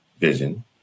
vision